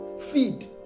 Feed